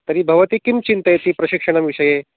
तर्हि भवती किं चिन्तयति प्रशिक्षणं विषये